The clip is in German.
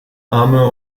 arme